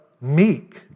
meek